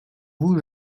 vous